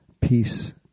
peace